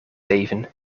even